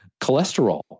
cholesterol